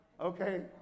Okay